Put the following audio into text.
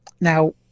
Now